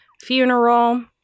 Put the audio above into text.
funeral